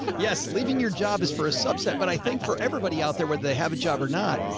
yes. leaving your job is for a subset, but i think for everybody out there where they have a job or not,